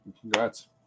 congrats